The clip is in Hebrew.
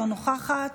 אינה נוכחת,